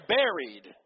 buried